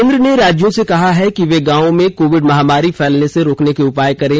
केन्द्र ने राज्यों से कहा है कि वे गांवों में कोविड महामारी फैलने से रोकने के उपाय करें